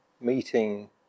meeting